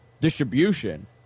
distribution